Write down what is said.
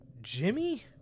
Jimmy